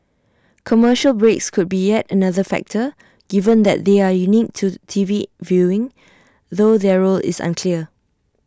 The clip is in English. commercial breaks could be yet another factor given that they are unique to T V viewing though their role is unclear